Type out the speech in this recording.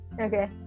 Okay